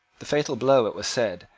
the fatal blow, it was said,